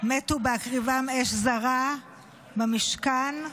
בהקריבם אש זרה במשכן.